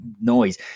noise